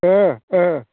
ओह ओह